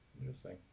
Interesting